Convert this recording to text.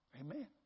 Amen